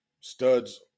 studs